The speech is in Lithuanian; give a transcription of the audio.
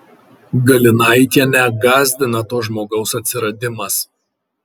galinaitienę gąsdina to žmogaus atsiradimas